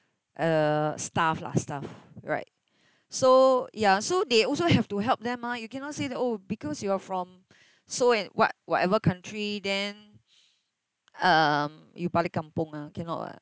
uh staff lah staff right so ya so they also have to help them mah you cannot say that oh because you are from so and what whatever country then um you balik kampung lah cannot [what]